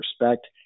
respect